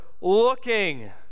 looking